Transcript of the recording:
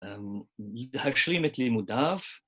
‫השלים את לימודיו.